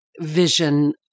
vision